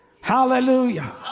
hallelujah